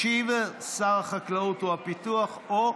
ישיב שר החקלאות ופיתוח הכפר או